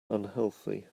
unhealthy